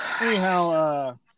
anyhow